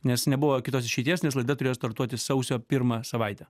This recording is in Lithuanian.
nes nebuvo kitos išeities nes laida turėjo startuoti sausio pirmą savaitę